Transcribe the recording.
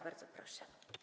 Bardzo proszę.